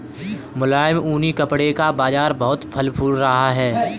मुलायम ऊनी कपड़े का बाजार बहुत फल फूल रहा है